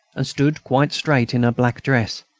and stood quite straight in her black dress,